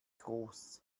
groß